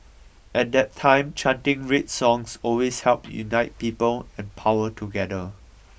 at that time chanting red songs always helped unite people and power together